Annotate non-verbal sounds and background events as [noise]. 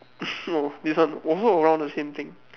[laughs] oh this one also around the same thing